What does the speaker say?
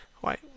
Why